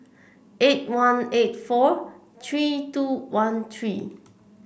eight one eight four three two one three